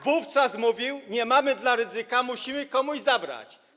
Wówczas mówił: Nie mamy dla Rydzyka, musimy komuś zabrać.